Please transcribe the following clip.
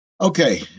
Okay